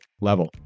level